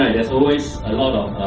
there's always a lot of